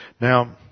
Now